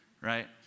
right